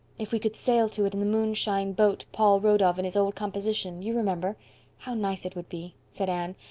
if we could sail to it in the moonshine boat paul wrote of in his old composition you remember how nice it would be, said anne,